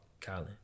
Colin